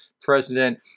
president